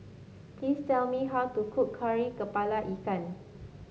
please tell me how to cook Kari kepala Ikan